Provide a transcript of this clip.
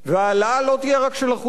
והעלאה לא תהיה רק של 1%,